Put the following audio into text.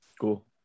cool